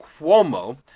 Cuomo